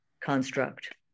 construct